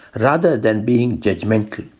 rather than being judgmental.